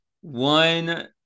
one